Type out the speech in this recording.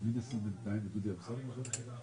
ולהקים ועדה לכל חוק?